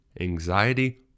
anxiety